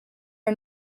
are